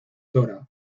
dra